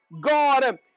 god